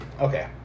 Okay